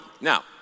Now